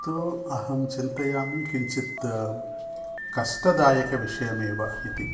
तु अहं चिन्तयामि किञ्चित् कष्टदायकविषयमेव इति